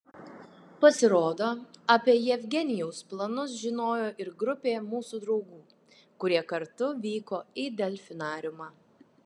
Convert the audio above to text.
pasirodo apie jevgenijaus planus žinojo ir grupė mūsų draugų kurie kartu vyko į delfinariumą